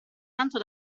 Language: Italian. tanto